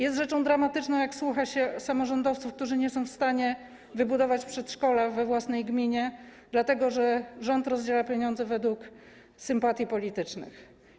Jest rzeczą dramatyczną, jak słucha się samorządowców, którzy nie są w stanie wybudować przedszkola we własnej gminie, dlatego że rząd rozdziela pieniądze według sympatii politycznych.